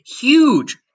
Huge